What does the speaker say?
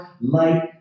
light